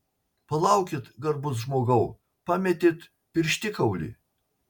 palaukit garbus žmogau pametėt pirštikaulį